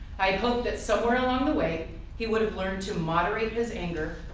i had hoped that somewhere along the way he would learn to moderate his anger,